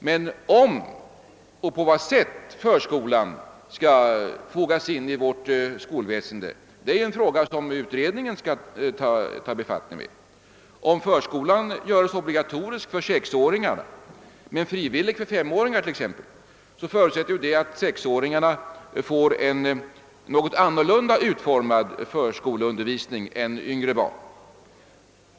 Men om och på vad sätt förskolan skall fogas in i vårt skolväsende är ju en fråga som utredningen får ta befattning med. Om förskolan görs obligatorisk för sexåringarna men frivillig för femåringar, så måste sexåringarna få en något annorlunda utformad förskoleundervisning än yngre barn.